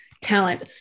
talent